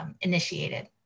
initiated